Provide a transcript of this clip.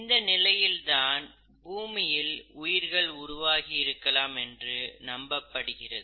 இந்த நிலையில் தான் பூமியில் உயிர்கள் உருவாகி இருக்கலாம் என்று நம்பப்படுகிறது